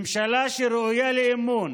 ממשלה שראויה לאמון